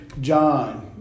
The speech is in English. John